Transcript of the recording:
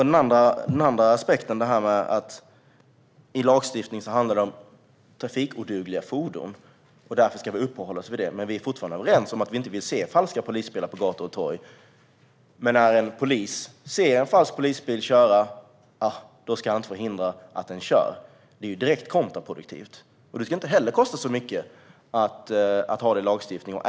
Den andra aspekten är att det i lagstiftningen handlar om trafikodugliga fordon och att vi därför ska uppehålla oss vid det. Vi är dock fortfarande överens om att vi inte vill se falska polisbilar på gator och torg. Men när en polis ser en falsk polisbil köra ska han inte förhindra att den kör. Det är direkt kontraproduktivt. Det skulle inte heller kosta så mycket att ha det i lagstiftningen.